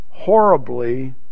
horribly